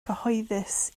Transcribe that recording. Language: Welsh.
cyhoeddus